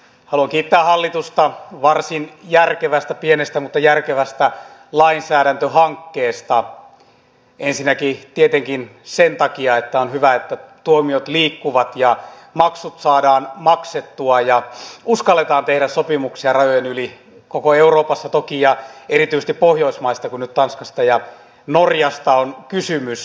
haluan kiittää hallitusta varsin järkevästä pienestä mutta järkevästä lainsäädäntöhankkeesta ensinnäkin tietenkin sen takia että on hyvä että tuomiot liikkuvat ja maksut saadaan maksettua ja uskalletaan tehdä sopimuksia rajojen yli koko euroopassa toki ja erityisesti pohjoismaissa kun nyt tanskasta ja norjasta on kysymys